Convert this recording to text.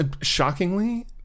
Shockingly